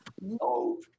no